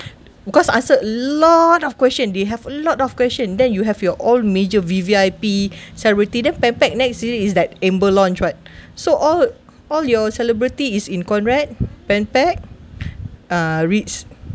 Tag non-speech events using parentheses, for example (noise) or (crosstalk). because answered a lot of question they have a lot of question then you have your all major V_V_I_P (breath) celebrity then Pan Pac next to you is like amber launch [what] so all all your celebrity is in Conrad Pan Pac uh Reeds